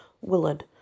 Willard